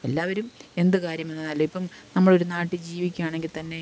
എല്ലാവരും എന്തു കാര്യം വന്നാലും ഇപ്പോള് നമ്മൾ ഒരു നാട്ടില് ജീവിക്കുകയാണെങ്കില് തന്നെ